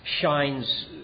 shines